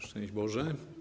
Szczęść Boże!